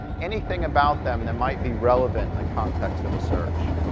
anything about them that might be relevant in the context of a search.